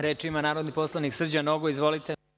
Reč ima narodni poslanik Srđan Nogo, izvolite.